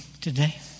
today